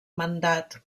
mandat